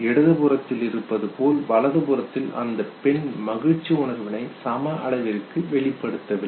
இடது புறத்தில் இருப்பது போல் வலது புறத்தில் அந்த பெண் மகிழ்ச்சி உணர்வினை சம அளவிற்கு வெளிப்படுத்தவில்லை